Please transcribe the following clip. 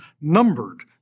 numbered